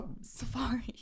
Safari